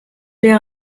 der